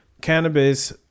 cannabis